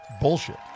bullshit